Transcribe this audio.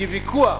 כי ויכוח